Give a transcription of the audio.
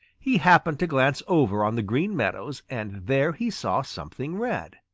he happened to glance over on the green meadows and there he saw something red.